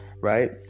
right